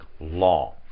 law